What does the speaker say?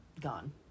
gone